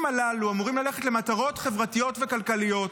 הללו אמורים ללכת למטרות חברתיות וכלכליות,